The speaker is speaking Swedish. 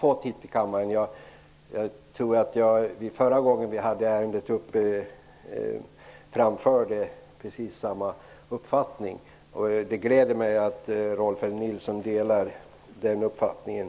Jag tror att jag framförde precis samma uppfattning förra gången vi hade ärendet uppe. Det gläder mig att Rolf L Nilson delar den uppfattningen.